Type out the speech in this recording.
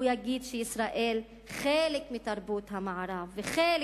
הוא יגיד שישראל היא חלק מתרבות המערב וחלק